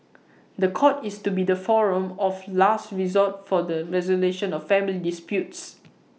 The Court is to be the forum of last resort for the resolution of family disputes